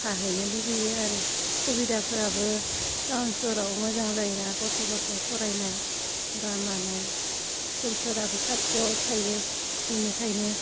थाहैनो लुगैयो आरो सुबिदाफोराबो टाउन सहराव मोजां जायो ना गथ' गथाय फरायनाय बा मानाय स्कुलफोराबो खाथियाव थायो बिनिखायनो